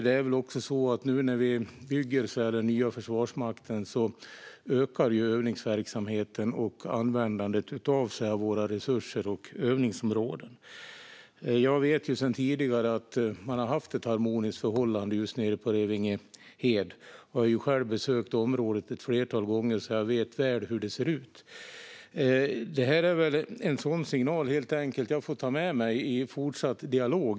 Nu när vi bygger den nya Försvarsmakten ökar övningsverksamheten och användandet av våra resurser och övningsområden. Jag vet sedan tidigare att man har haft ett harmoniskt förhållande just nere på Revingehed. Jag har själv besökt området ett flertal gånger, så jag vet väl hur det ser ut. Det här är väl en sådan signal jag helt enkelt får ta med mig i fortsatt dialog.